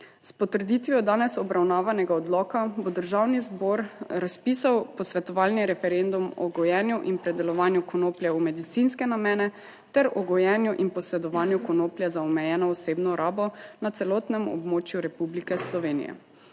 S potrditvijo danes obravnavanega odloka bo Državni zbor razpisal posvetovalni referendum o gojenju in predelovanju konoplje v medicinske namene ter o gojenju in posedovanju konoplje za omejeno osebno rabo na celotnem območju Republike Slovenije.